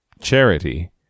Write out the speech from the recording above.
charity